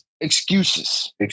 excuses